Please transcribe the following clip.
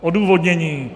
Odůvodnění.